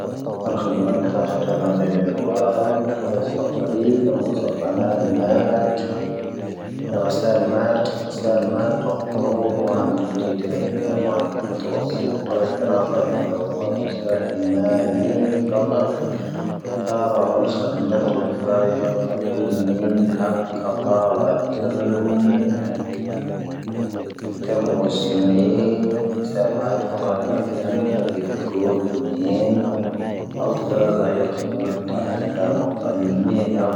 ⴰⵍⴽⴰⵀⴰⴷⴰ ⵎⴰⵜ ⵜⴰⵎⴰⵔⵉⵏ ⴳⴰⵙⴰⵍⴰⵎ ⵎⴰⴰⵜ ⵎⵓⵜⴰⵡⴰⵙⵙⵉⵜ ⵉⴳⵀⵔⴰⵣⵉⵢⵢⴻ ⵉⴱⵜⵉⴷⴰ ⵉⵢⵢⴻ ⵎⵓⵜⴰⵡⴰⵙⵙⵉⵜ ⴰⵉⵎⴰⵏⵉⵏ ⴰ ⴰⵔⴳⴰⵍ ⵉⵎⵎⵉⵏ ⵜⴰⵎⴰⵡⴰⵙⵙⵉⵏ.